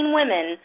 women